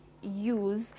use